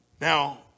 Now